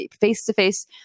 face-to-face